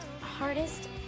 hardest